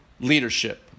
leadership